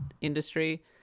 industry